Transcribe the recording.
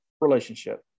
relationship